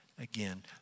again